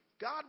God